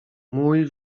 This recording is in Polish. mój